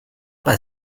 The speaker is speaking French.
pas